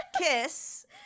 kiss